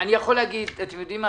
אני יכול להגיד: אתם יודעים מה?